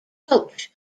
coach